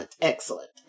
excellent